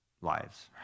lives